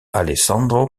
alessandro